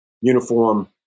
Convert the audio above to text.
uniform